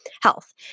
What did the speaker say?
health